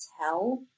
tell